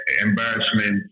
Embarrassment